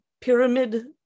pyramid